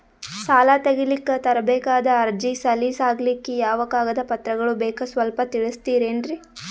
ಸಾಲ ತೆಗಿಲಿಕ್ಕ ತರಬೇಕಾದ ಅರ್ಜಿ ಸಲೀಸ್ ಆಗ್ಲಿಕ್ಕಿ ಯಾವ ಕಾಗದ ಪತ್ರಗಳು ಬೇಕು ಸ್ವಲ್ಪ ತಿಳಿಸತಿರೆನ್ರಿ?